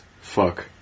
fuck